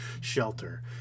shelter